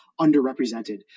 underrepresented